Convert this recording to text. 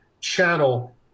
channel